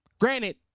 Granted